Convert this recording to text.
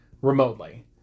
remotely